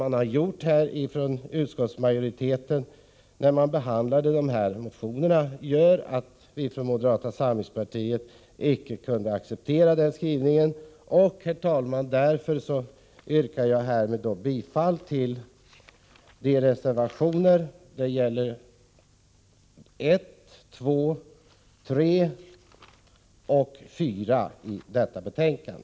Att utskottsmajoriteten när man behandlat motionerna valt att göra just denna skrivning har vi i moderata samlingspartiet icke kunnat acceptera. Därför, herr talman, yrkar jag härmed bifall till reservationerna 1, 2, 3 och 5 vid detta betänkande.